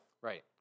Right